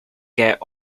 get